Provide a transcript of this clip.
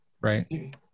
Right